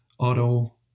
auto